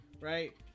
right